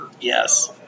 Yes